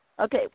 Okay